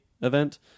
event